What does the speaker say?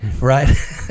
right